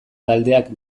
taldeak